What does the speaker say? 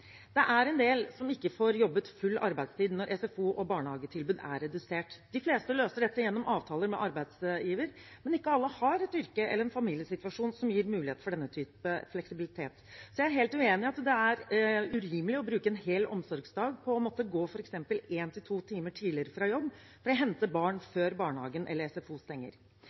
Det er en del som ikke får jobbet full arbeidstid når SFO og barnehagetilbud er redusert. De fleste løser dette gjennom avtaler med arbeidsgiver, men ikke alle har et yrke eller en familiesituasjon som gir mulighet for denne type fleksibilitet. Jeg er helt enig i at det er urimelig å bruke en hel omsorgsdag på å måtte gå f.eks. én–to timer tidligere fra jobb for å hente barn før barnehagen eller SFO stenger.